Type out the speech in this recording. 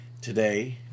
today